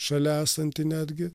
šalia esanti netgi